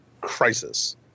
crisis